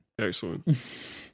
Excellent